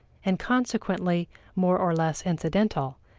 and consequently more or less incidental,